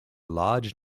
large